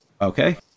Okay